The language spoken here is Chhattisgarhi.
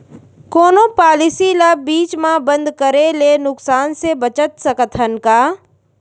कोनो पॉलिसी ला बीच मा बंद करे ले नुकसान से बचत सकत हन का?